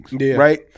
right